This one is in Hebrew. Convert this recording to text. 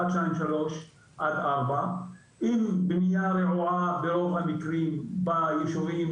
1 עד 4. עם בנייה רעועה ברוב המקרים בישובים